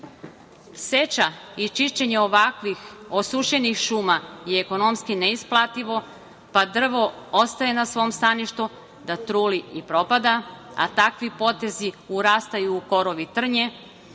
i čišćenje ovakvih osušenih šuma je ekonomski neisplativo, pa drvo ostaje na svom staništu da truli i propada, a takvi potezi urastaju u korov i trnje